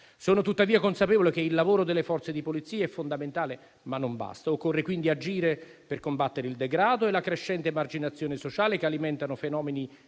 Sono tuttavia consapevole che il lavoro delle Forze di polizia è fondamentale, ma non basta. Occorre quindi agire per combattere il degrado e la crescente emarginazione sociale che alimentano fenomeni